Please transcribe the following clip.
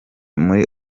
muri